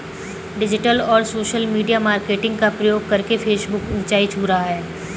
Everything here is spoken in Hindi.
डिजिटल और सोशल मीडिया मार्केटिंग का प्रयोग करके फेसबुक ऊंचाई छू रहा है